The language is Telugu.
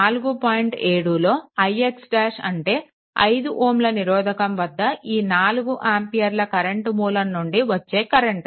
7లో ix ' అంటే 5 Ω నిరోధకం వద్ద ఈ 4 ఆంపియర్ల కరెంట్ మూలం నుండి వచ్చే కరెంట్